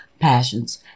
passions